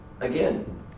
again